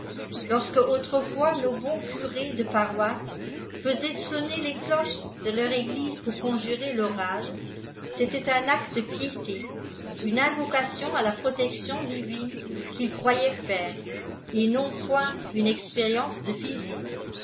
lorsque autrefois nos bons curés de paroisse faisaient sonner les cloches de leur église pour conjurer l'orage c étoit un acte de piété une invocation à la protection divine qu'ils croyaient faire et non point une expérience de physlque